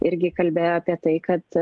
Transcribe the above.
irgi kalbėjo apie tai kad